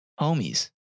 homies